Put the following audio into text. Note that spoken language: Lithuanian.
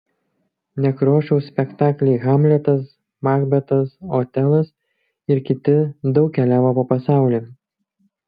nekrošiaus spektakliai hamletas makbetas otelas ir kiti daug keliavo po pasaulį